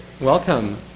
welcome